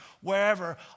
wherever